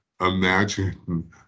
Imagine